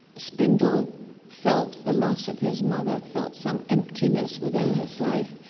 spindle felt the loss of his mother, felt some emptiness within his life,